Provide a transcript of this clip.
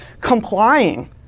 complying